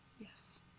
yes